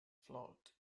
float